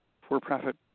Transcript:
for-profit